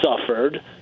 suffered